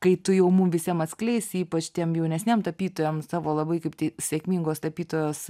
kai tu jau mum visiem atskleisi ypač tiem jaunesniem tapytojam savo labai kaip tai sėkmingos tapytojos